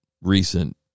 recent